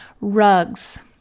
rugs